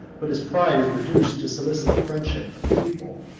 but his pride is reduced to solicit the friendship of a people,